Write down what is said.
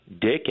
Dick